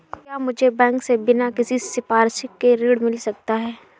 क्या मुझे बैंक से बिना किसी संपार्श्विक के ऋण मिल सकता है?